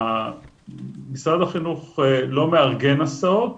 משרד החינוך לא מארגן הסעות,